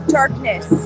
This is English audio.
darkness